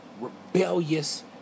rebellious